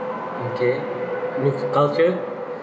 okay moa~ culture